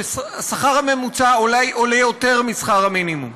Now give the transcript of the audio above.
שהשכר הממוצע אולי עולה יותר משכר המינימום,